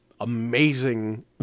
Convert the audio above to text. amazing